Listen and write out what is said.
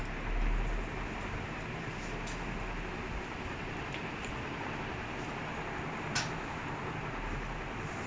ya ya no my my typing in my laptop is faster as in like my english typing is faster